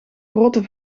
grote